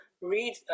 read